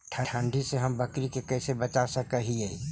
ठंडी से हम बकरी के कैसे बचा सक हिय?